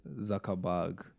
Zuckerberg